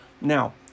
Now